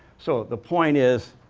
so, the point is